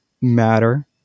matter